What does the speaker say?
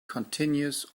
continues